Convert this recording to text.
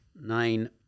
Nine